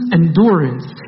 endurance